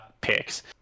picks